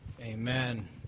Amen